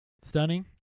Stunning